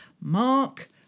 Mark